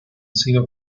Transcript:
sido